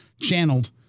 channeled